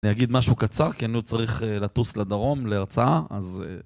אני אגיד משהו קצר כי אני עוד צריך לטוס לדרום, להרצאה, אז...